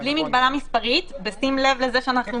בלי מגבלה מספרית בשים לב לזה שאנחנו